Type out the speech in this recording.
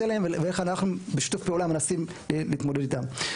אליהן ואיך אנחנו בשיתוף פעולה מנסים להתמודד איתן.